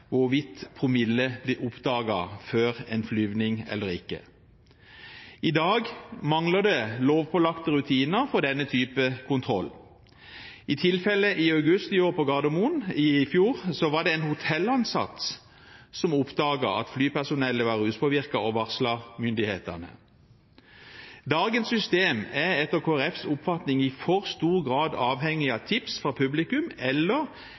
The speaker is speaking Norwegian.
hvorvidt promille blir oppdaget før en flygning eller ikke. I dag mangler det lovpålagte rutiner for denne typen kontroll. I tilfellet i august i fjor på Gardermoen var det en hotellansatt som oppdaget at flypersonellet var ruspåvirket, og varslet myndighetene. Dagens system er etter Kristelig Folkepartis oppfatning i for stor grad avhengig av tips fra publikum eller